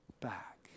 back